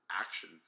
action